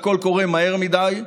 והכול קורה מהר מדי.